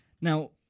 now